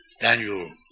Daniel